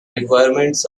requirements